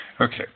Okay